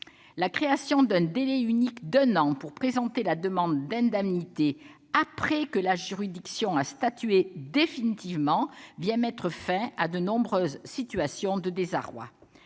La création d'un délai unique d'un an pour présenter la demande d'indemnité après que la juridiction a statué définitivement vient mettre fin à de nombreuses situations de désarroi.